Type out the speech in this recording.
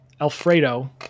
Alfredo